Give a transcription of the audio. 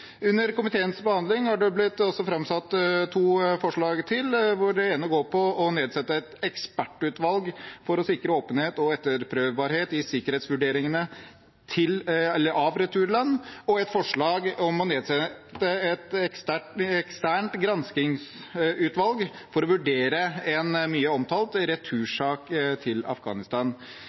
Under komiteens behandling har det også blitt framsatt to forslag til. Det ene går på å nedsette et ekspertutvalg for å sikre åpenhet og etterprøvbarhet i sikkerhetsvurderingene av returland. Så er det et forslag om å nedsette et eksternt granskingsutvalg for å vurdere en mye omtalt retursak til Afghanistan.